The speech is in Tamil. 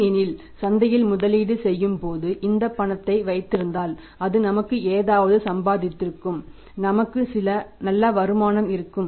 ஏனெனில் சந்தையில் முதலீடு செய்யும் போது இந்த பணத்தை வைத்திருந்தால் அது நமக்கு ஏதாவது சம்பாதித்திருக்கும் நமக்கு சில நல்ல வருமானம் இருக்கும்